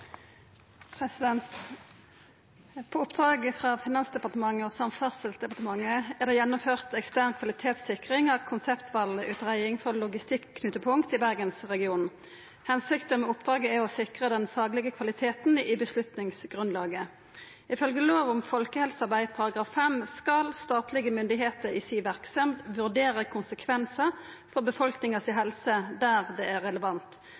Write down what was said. løsninger på dette, men vi må sørge for at vi likebehandler alle aktørene, og vi må også sørge for en koordinering mellom billettprisene lokalt og NSBs billettpriser. «På oppdrag frå Finansdepartementet og Samferdselsdepartementet er det gjennomført ekstern kvalitetssikring av konseptvalutreiing for logistikknutepunkt i Bergensregionen. Hensikta med oppdraget er å sikre den faglege kvaliteten i beslutningsgrunnlaget. Ifølgje lov om folkehelsearbeid § 5 skal